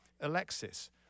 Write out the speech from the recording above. Alexis